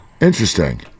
Interesting